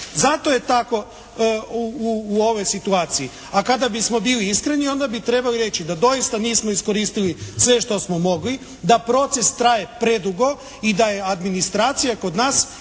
zato je tako u ovoj situaciji. A, kad bismo bili iskreni onda bi trebali reći da doista nismo iskoristili sve što smo mogli, da proces traje predugo i da je administracija kod nas